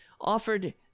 offered